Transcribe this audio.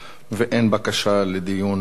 ואין בקשה לדיון נוסף.